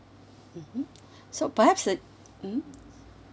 mmhmm so perhaps that mm